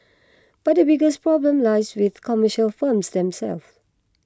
but the biggest problem lies with commercial firms themselves